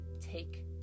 take